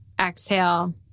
exhale